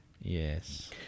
Yes